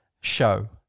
show